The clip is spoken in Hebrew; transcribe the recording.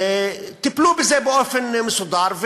טיפלו בזה באופן מסודר,